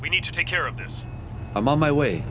we need to take care of this among my way